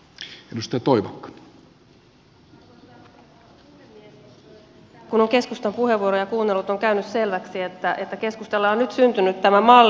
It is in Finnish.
täällä kun on keskustan puheenvuoroja kuunnellut on käynyt selväksi että keskustalla on nyt syntynyt tämä malli